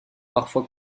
parfois